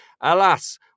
alas